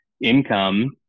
income